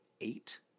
eight